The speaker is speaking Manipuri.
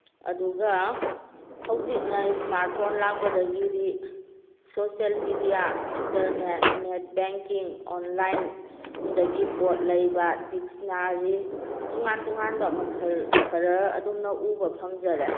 ꯑꯗꯨꯒ ꯍꯧꯖꯤꯛꯅ ꯏꯁꯃꯥꯔꯠ ꯐꯣꯟ ꯂꯥꯛꯄꯗꯒꯤꯗꯤ social media internet net banking ꯑꯣꯟꯂꯥꯏꯟꯗꯒꯤ ꯄꯣꯠ ꯂꯩꯕ ꯗꯤꯛꯁꯅꯥꯔꯤ ꯇꯣꯉꯥꯟ ꯇꯣꯉꯥꯟꯕ ꯃꯈꯜ ꯈꯔ ꯑꯗꯨꯝꯅ ꯎꯕ ꯐꯪꯖꯔꯦ